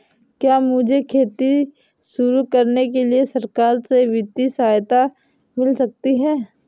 क्या मुझे खेती शुरू करने के लिए सरकार से वित्तीय सहायता मिल सकती है?